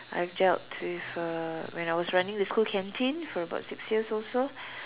I've dealt with uh when I was running the school canteen for about six years also